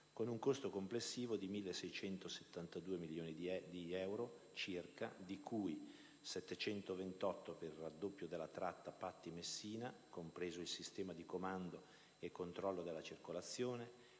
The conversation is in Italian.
con un costo complessivo di 1.672 milioni di euro circa, di cui: 728 milioni per il raddoppio della tratta Patti-Messina, compreso il Sistema di comando e controllo della circolazione;